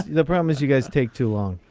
the problem is you guys take too long.